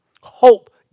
Hope